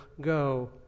go